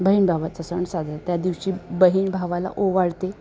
बहीण भावाचा सण साजरा त्या दिवशी बहीण भावाला ओवाळते